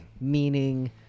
meaning